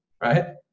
right